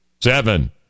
seven